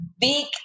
big